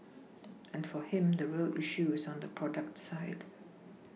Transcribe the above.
and for him the real issue is on the product side